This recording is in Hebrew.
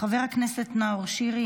חבר הכנסת נאור שירי,